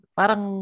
parang